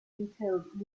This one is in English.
detailed